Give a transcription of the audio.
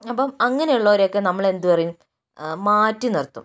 അപ്പോൾ അങ്ങനെയുള്ളവരെയൊക്കെ നമ്മളെന്തു പറയും മാറ്റി നിർത്തും